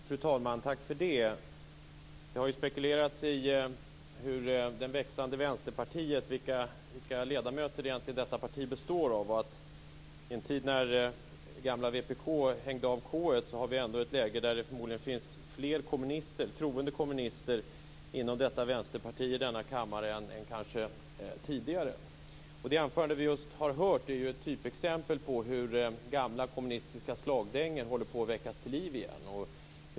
Fru talman! Det har spekulerats i vilka ledamöter det växande Vänsterpartiet egentligen består av. I en tid när det gamla vpk hängt av k:et har vi ett läge där det förmodligen finns fler troende kommunister i denna kammare än tidigare. Det anförande som vi just har hört är ett typexempel på hur gamla kommunistiska slagdängor håller på att väckas till liv igen.